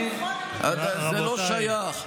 זה לא שייך.